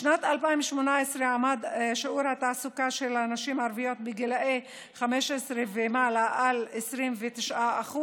בשנת 2018 עמד שיעור התעסוקה של נשים ערביות בגילאי 15 ומעלה על 29%,